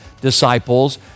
disciples